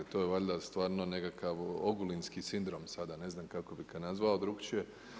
To je je valjda stvarno nekakav „ogulinski sindrom“ sada ne znam kako bih ga nazvao drukčije.